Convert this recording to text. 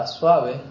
suave